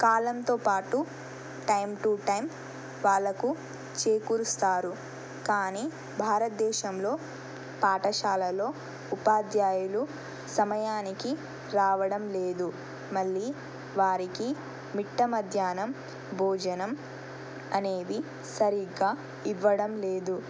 కాలంతో పాటు time to time వాళ్ళకు చేకూరుస్తారు కానీ భారతదేశంలో పాఠశాలలో ఉపాధ్యాయులు సమయానికి రావడం లేదు మళ్ళీ వారికి మిట్ట మధ్యాహ్నం భోజనం అనేవి సరిగ్గా ఇవ్వడం లేదు